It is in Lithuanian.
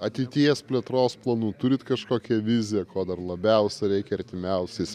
ateities plėtros planų turit kažkokią viziją ko dar labiausiai reikia artimiausiais